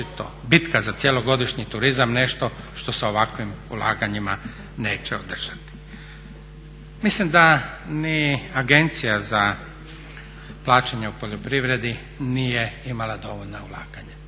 bitka za cjelogodišnji turizam nešto što se ovakvim ulaganjima neće održati. Mislim da ni agencija za plaćanja u poljoprivredi nije imala dovoljna ulaganja.